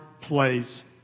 place